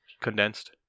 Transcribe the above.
condensed